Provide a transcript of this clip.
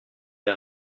les